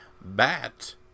bat